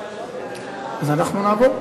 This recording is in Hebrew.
אז אנחנו נעבור.